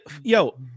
yo